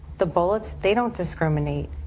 the bullets, they don't discriminate,